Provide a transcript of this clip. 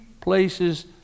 places